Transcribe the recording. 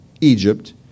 Egypt